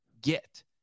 get